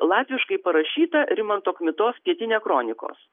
latviškai parašyta rimanto kmitos pietinė kronikos